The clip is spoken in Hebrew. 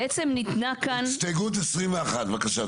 אני מבקש להוסיף את קולי ל --- הסתייגות 21. בבקשה,